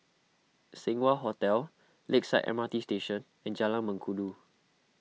Seng Wah Hotel Lakeside M R T Station and Jalan Mengkudu